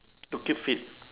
to keep fit